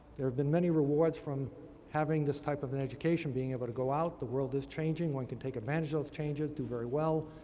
there have been many rewards from having this type of an education. being able to go out the world is changing. one can take advantage of those changes, do very well.